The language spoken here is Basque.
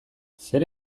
zer